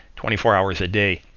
twenty four hours a day.